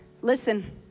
Listen